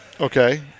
Okay